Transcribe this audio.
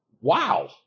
Wow